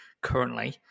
currently